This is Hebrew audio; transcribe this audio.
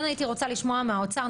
אני רוצה לשמוע מהאוצר.